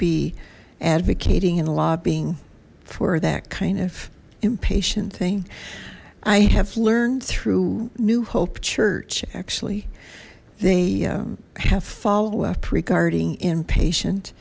be advocating and lobbying for that kind of impatient thing i have learned through new hope church actually they have follow up regarding inpatient